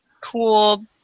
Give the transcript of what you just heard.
cool